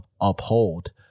uphold